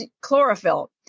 chlorophyll